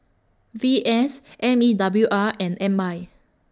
V S M E W R and M I